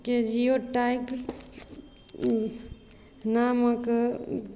Jio type नामक